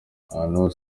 abantu